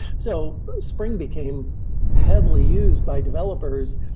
so spring became heavily used by developers,